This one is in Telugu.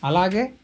అలాగే